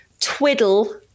twiddle